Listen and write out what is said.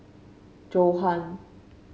Johan